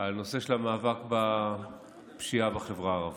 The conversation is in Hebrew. על הנושא של המאבק בפשיעה בחברה הערבית.